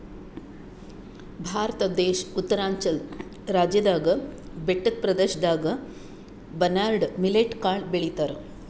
ಭಾರತ ದೇಶ್ ಉತ್ತರಾಂಚಲ್ ರಾಜ್ಯದಾಗ್ ಬೆಟ್ಟದ್ ಪ್ರದೇಶದಾಗ್ ಬರ್ನ್ಯಾರ್ಡ್ ಮಿಲ್ಲೆಟ್ ಕಾಳ್ ಬೆಳಿತಾರ್